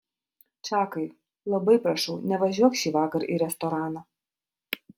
čakai labai prašau nevažiuok šįvakar į restoraną